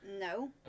No